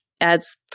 adds